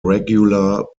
regular